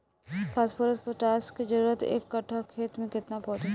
Phosphorus potash के जरूरत एक कट्ठा खेत मे केतना पड़ी?